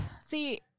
See